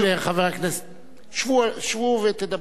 חבר הכנסת אייכלר, שבו ותדברו בשקט.